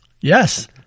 Yes